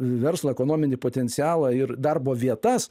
verslo ekonominį potencialą ir darbo vietas